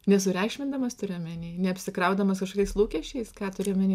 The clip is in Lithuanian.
nesureikšmindamas turi omeny neapsikraudamas kažkokiais lūkesčiais ką turi omeny